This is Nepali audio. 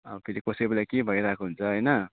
अब फेरि कोही बेला के भइरहेको हुन्छ होइन